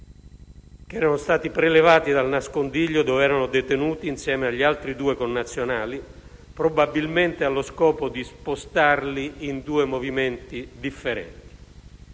che erano stati prelevati dal nascondiglio dove erano detenuti insieme agli altri due colleghi italiani, probabilmente allo scopo di spostarli in due movimenti differenti.